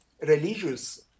religious